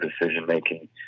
decision-making